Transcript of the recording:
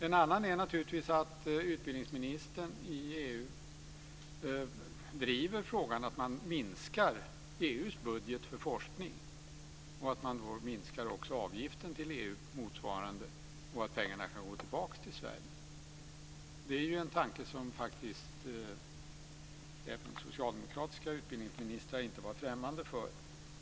En annan möjlighet är att utbildningsministern i EU driver frågan att man minskar EU:s budget för forskning och då också minskar avgiften till EU i motsvarande mån och att pengarna kan gå tillbaka till Sverige. Det är en tanke som även socialdemokratiska utbildningsministrar inte varit främmande för.